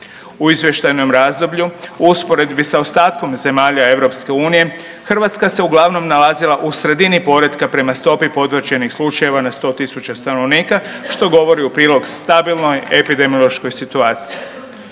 U izvještajnom razdoblju, u usporedbi sa ostatkom zemalja EU, Hrvatska se uglavnom nalazila u sredini poretka prema stopi potvrđenih slučajeva na 100 tisuća stanovnika, što govori u prilog stabilnoj epidemiološkoj situaciji.